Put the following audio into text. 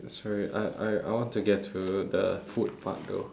sorry I I I want to get to the food part though